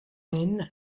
men